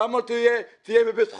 למה לא תהיה בבית חולים?